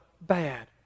bad